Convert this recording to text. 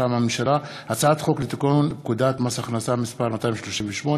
מטעם הממשלה: הצעת חוק לתיקון פקודת מס הכנסה (מס' 238),